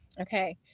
Okay